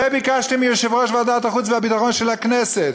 וביקשתי מיושב-ראש ועדת החוץ והביטחון של הכנסת,